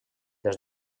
des